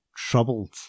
troubled